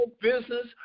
business